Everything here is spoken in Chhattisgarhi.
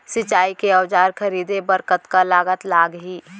सिंचाई के औजार खरीदे बर कतका लागत लागही?